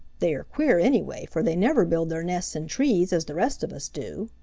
they are queer anyway, for they never build their nests in trees as the rest of us do.